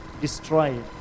destroyed